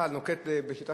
משום